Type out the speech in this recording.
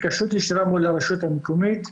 4798 עשרה מיליון שקלים,